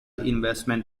investment